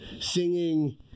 singing